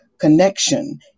Connection